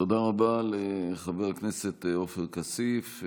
תודה רבה לחבר הכנסת עופר כסיף.